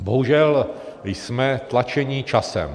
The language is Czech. Bohužel jsme tlačeni časem.